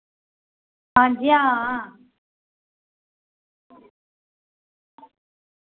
आं जी आं